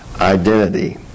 identity